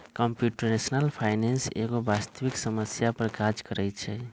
computational finance एगो वास्तविक समस्या पर काज करइ छै